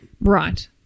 Right